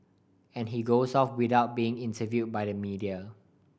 and he goes off without being interview by the media